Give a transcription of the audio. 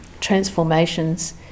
transformations